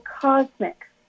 cosmic